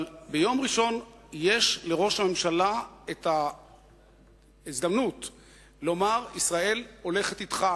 אבל ביום ראשון יש לראש הממשלה הזדמנות לומר: ישראל הולכת אתך,